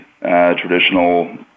traditional